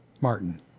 Martin